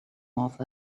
north